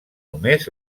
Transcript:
només